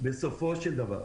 בסופו של דבר,